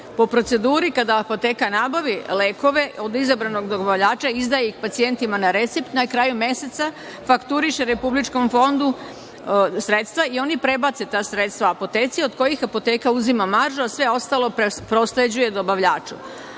Po proceduri kada apoteka nabavi lekove od izabranog dobavljača, izdaje ih pacijentima na recept na kraju meseca, fakturiše Republičkom fondu sredstva i oni prebace ta sredstva apoteci od kojih apoteka uzima maržu, a sve ostalo prosleđuje dobavljačima. Apoteke